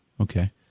Okay